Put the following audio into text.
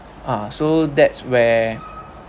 ah so that's where